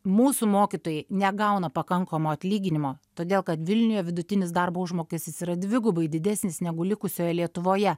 mūsų mokytojai negauna pakankamo atlyginimo todėl kad vilniuje vidutinis darbo užmokestis yra dvigubai didesnis negu likusioje lietuvoje